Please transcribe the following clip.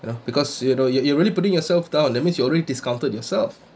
you know because you know you you're really putting yourself down that means you already discounted yourself